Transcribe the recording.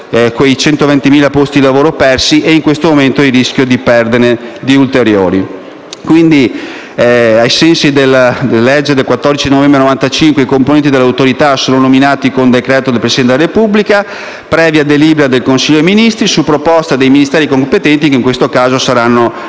quei 120.000 posti di lavoro persi e, in questo momento, il rischio di perderne di ulteriori. Ai sensi della legge del 14 novembre 1995, i componenti dell'Autorità sono nominati con decreto del Presidente della Repubblica, previa delibera del Consiglio dei Ministri su proposta dei Ministeri competenti che, in questo caso, saranno i